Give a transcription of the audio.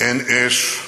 אין אש,